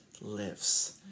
lives